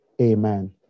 Amen